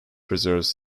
preserves